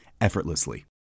effortlessly